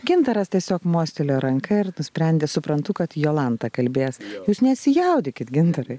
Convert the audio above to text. gintaras tiesiog mostelėjo ranka ir nusprendė suprantu kad jolanta kalbės jūs nesijaudinkit gintarai